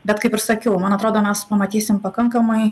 bet kaip ir sakiau man atrodo mes pamatysim pakankamai